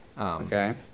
okay